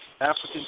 African